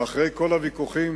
ואחרי כל הוויכוחים,